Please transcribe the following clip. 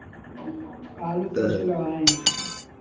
आलू कैसे लगाएँ?